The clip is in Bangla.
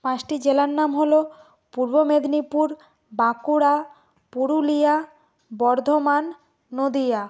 পাঁচটি জেলার নাম হলো পূর্ব মেদিনীপুর বাঁকুড়া পুরুলিয়া বর্ধমান নদীয়া